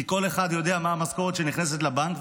כי כל אחד יודע מה המשכורת שנכנסת לבנק,